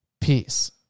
Peace